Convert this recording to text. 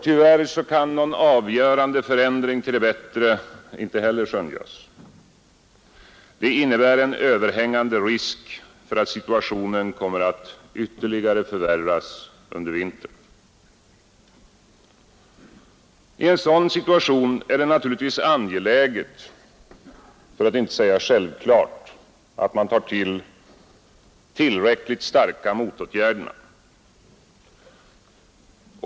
Tyvärr kan någon avgörande förändring till det bättre inte heller skönjas. Det innebär en överhängande risk för att situationen kommer att ytterligare förvärras under vintern. I en sådan situation är det naturligtvis angeläget, för att inte säga självklart, att man tar till tillräckligt starka motåtgärder.